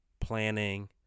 planning